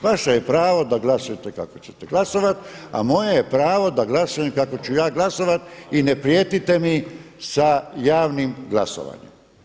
Vaše je pravo da glasujete kako ćete glasovati, a moje je pravo da glasujem kako ću ja glasovat i ne prijetite mi sa javnim glasovanje.